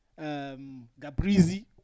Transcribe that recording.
Gabrizi